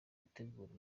gutegura